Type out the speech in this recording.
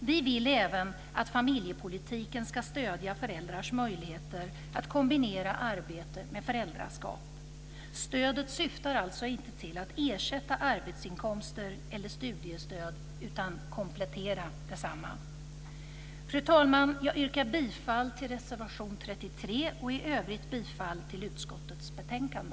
Vi vill även att familjepolitiken ska stödja föräldrars möjligheter att kombinera arbete med föräldraskap. Stödet syftar alltså inte till att ersätta arbetsinkomster eller studiestöd utan till att komplettera dem. Fru talman! Jag yrkar bifall till reservation 33 och i övrigt bifall till hemställan i utskottets betänkande.